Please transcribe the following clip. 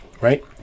right